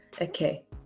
Okay